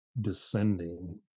descending